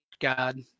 god